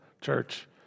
church